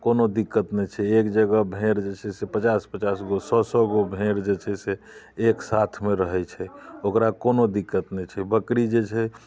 कोनो दिक्कत नहि छै एक जगह भेड़ जे छै से पचास पचास गो सए सए गो भेड़ जे छै से एक साथमे रहै छै ओकरा कोनो दिक्कत नहि छै बकरी जे छै